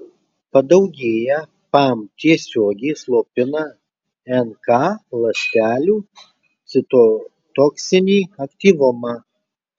padaugėję pam tiesiogiai slopina nk ląstelių citotoksinį aktyvumą